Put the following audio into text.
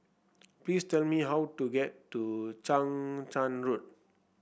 please tell me how to get to Chang Charn Road